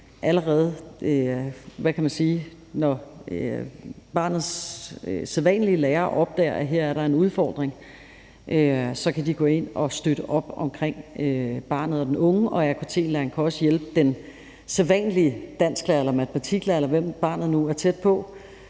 allerede, når barnets sædvanlige lærer opdager, at der her er en udfordring, så kan gå ind og støtte op omkring barnet og den unge, og AKT-læreren kan også hjælpe den sædvanlige dansklærer eller matematiklærer, eller hvem barnet nu er tæt på,